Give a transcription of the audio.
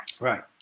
Right